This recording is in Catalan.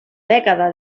dècada